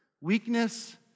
Weakness